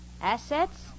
Assets